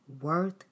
worth